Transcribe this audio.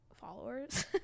followers